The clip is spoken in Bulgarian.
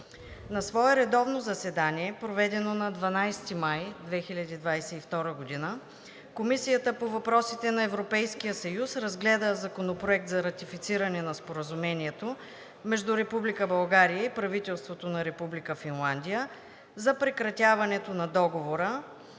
На свое редовно заседание, проведено на 12 май 2022 г., Комисията по въпросите на Европейския съюз разгледа Законопроект за ратифициране на Споразумението между правителството на Република България